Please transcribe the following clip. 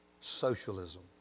socialism